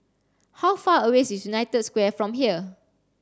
how far away is United Square from here